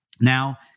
Now